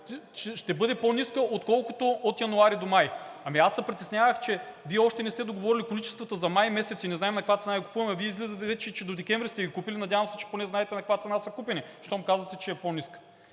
...ще бъде по-ниска, отколкото от януари до май. Ами, аз се притеснявах, че Вие още не сте договорили количествата за месец май и не знаем на каква цена купуваме, а Вие излизате вече, че до месец декември сте ги купили. Надявам се, че поне знаете на каква цена са купени, щом казвате, че е по-ниска.